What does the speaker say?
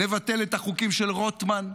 נבטל את החוקים של רוטמן,